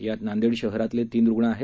यात नांदेड शहरातले तीन रूग्ण आहेत